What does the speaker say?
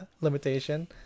limitation